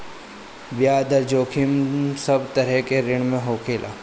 बियाज दर जोखिम सब तरह के ऋण में होखेला